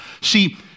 See